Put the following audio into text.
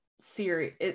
serious